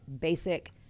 basic